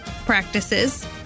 practices